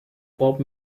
pop